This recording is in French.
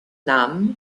nam